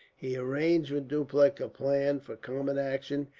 he arranged with dupleix a plan for common action,